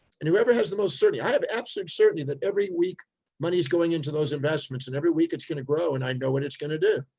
and whoever has the most certainty, i have absolute certainty that every week money is going into those investments and every week it's going to grow, and i know what it's going to do.